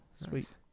Sweet